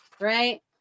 right